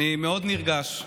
אני מאוד נרגש,